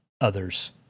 others